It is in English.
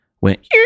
went